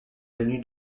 venu